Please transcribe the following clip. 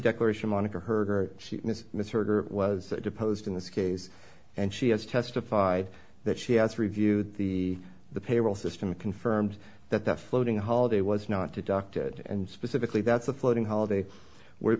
declaration monica her miss miss her was deposed in this case and she has testified that she has reviewed the the payroll system confirmed that the floating holiday was not to ducted and specifically that's a floating holiday where